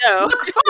look